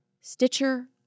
Stitcher